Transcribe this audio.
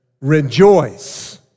Rejoice